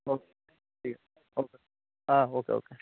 ওকে ঠিক আছে ওকে হ্যাঁ ওকে ওকে